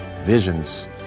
visions